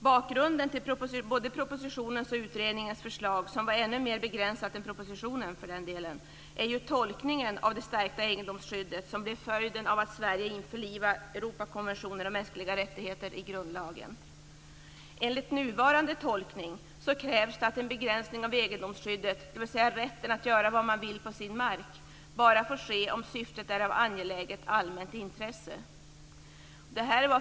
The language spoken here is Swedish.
Bakgrunden till både propositionens och utredningens förslag, som var ännu mer begränsat än propositionens, är ju tolkningen av det stärkta egendomsskyddet som blir följden av att Sverige införlivar Europakonventionen om mänskliga rättigheter i grundlagen. Enligt nuvarande tolkning krävs det att en begränsning av egendomsskyddet, dvs. rätten att göra vad man vill på sin mark, bara får ske om syftet är av angeläget allmänt intresse.